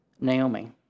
Naomi